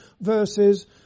verses